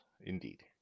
indeed